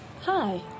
Hi